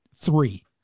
three